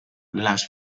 las